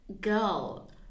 girl